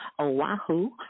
Oahu